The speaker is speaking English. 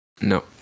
No